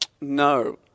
No